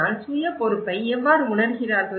ஆனால் சுய பொறுப்பை எவ்வாறு உணருகிறார்கள்